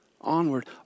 onward